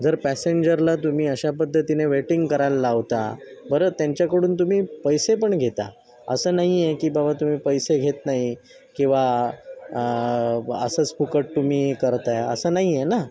जर पॅसेंजरला तुम्ही अशा पद्धतीने वेटिंग करायला लावता बरं त्यांच्याकडून तुम्ही पैसे पण घेता असं नाही आहे की बाबा तुम्ही पैसे घेत नाही किंवा असंच फुकट तुम्ही करत आहे असं नाही आहे ना